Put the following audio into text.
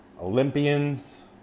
Olympians